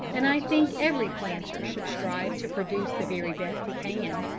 and i think every planter should strive to produce the very best he can,